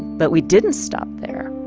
but we didn't stop there.